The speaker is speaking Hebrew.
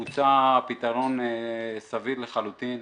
הוצע פתרון סביר לחלוטין,